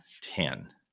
ten